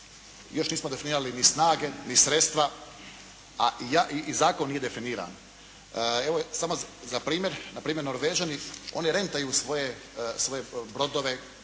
Još nismo definirali ni snage, ni sredstva, a i zakon nije definiran. Evo samo za primjer. Na primjer Norvežani, oni rentaju svoje brodove.